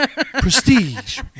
Prestige